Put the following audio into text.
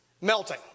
melting